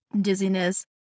dizziness